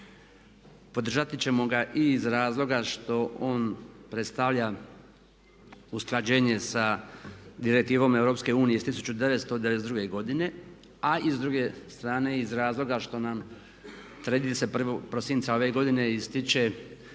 Podržati ćemo ga i iz razloga što on predstavlja usklađenje sa Direktivom EU iz 1992. godine a i s druge strane iz razloga što nam 31. prosinca ove godine istječe